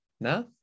No